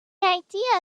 idea